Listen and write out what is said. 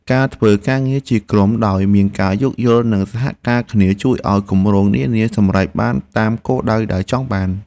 ការធ្វើការងារជាក្រុមដោយមានការយោគយល់និងសហការគ្នា ជួយឱ្យគម្រោងនានាសម្រេចបានតាមគោលដៅដែលចង់បាន។